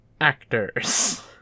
actors